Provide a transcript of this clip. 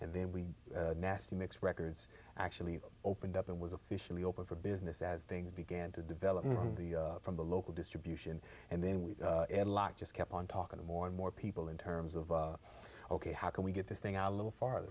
and then we nasty mix records actually opened up and was officially open for business as things began to develop more on the from the local distribution and then we just kept on talking to more and more people in terms of ok how can we get this thing out a little far